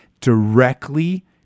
directly